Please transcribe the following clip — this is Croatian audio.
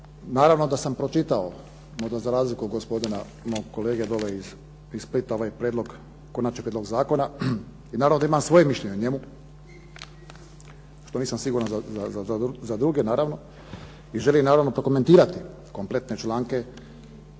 Naravno da sam pročitao možda za razliku od gospodina mog kolege dole iz Splita ovaj konačni prijedlog zakona i naravno da imam svoje mišljenje o njemu što nisam siguran za druge naravno. I želim naravno prokomentirati kompletne članke